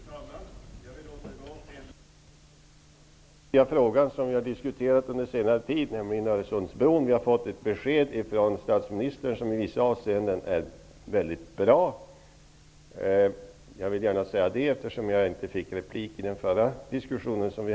Fru talman! Jag vill återgå till den andra viktiga fråga vi har diskuterat under senare tid, nämligen frågan om Öresundsbron. Vi har fått ett besked från statsministern som i vissa avseenden är väldigt bra. Jag vill gärna säga det, eftersom jag inte fick replik i den förra diskussionen.